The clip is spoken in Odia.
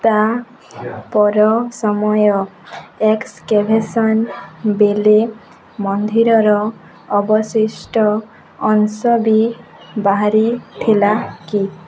ତା' ପର ସମୟ ଏକ୍ସକ୍ୟାଭେସନ୍ ବେଲେ ମନ୍ଧିରର ଅବଶିଷ୍ଟ ଅଂଶ ବି ବାହାରିଥିଲା କି